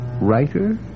writer